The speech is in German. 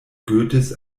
goethes